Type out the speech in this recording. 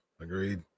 agreed